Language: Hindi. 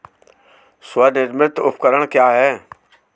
स्वनिर्मित उपकरण क्या है?